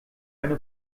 eine